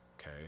okay